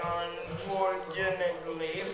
unfortunately